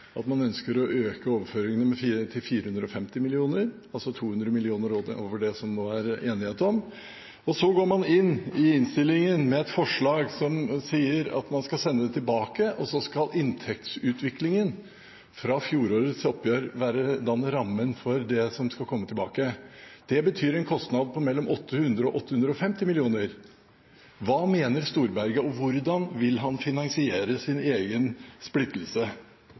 at man ønsker å øke overføringene til 450 mill. kr, altså 200 mill. kr over det som det nå er enighet om. Så går man i innstillingen inn med et forslag som sier at man skal sende jordbruksavtalen tilbake, og så skal inntektsutviklingen fra fjorårets oppgjør danne rammen for det som skal komme tilbake. Det betyr en kostnad på mellom 800 mill. kr og 850 mill. kr. Hva mener Storberget? Hvordan vil han finansiere sin egen splittelse?